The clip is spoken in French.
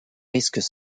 risques